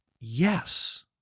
yes